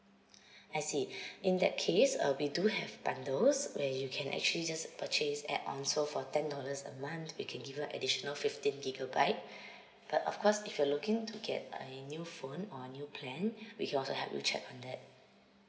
I see in that case uh we do have bundles where you can actually just purchase add on so for ten dollars a month we can give you additional fifteen gigabyte but of course if you're looking to get a new phone or new plan we can also help you check on that